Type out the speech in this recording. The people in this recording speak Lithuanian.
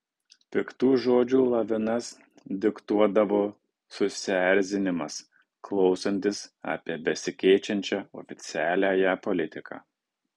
piktų žodžių lavinas diktuodavo susierzinimas klausantis apie besikeičiančią oficialiąją politiką